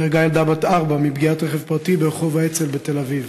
נהרגה ילדה בת ארבע מפגיעת רכב פרטי ברחוב אצ"ל בתל-אביב,